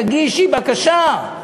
תגישי בקשה.